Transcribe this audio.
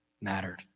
mattered